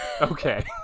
okay